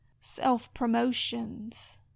self-promotions